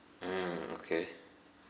mm okay